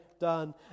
done